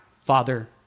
father